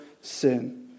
sin